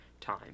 time